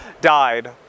died